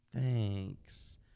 thanks